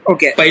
Okay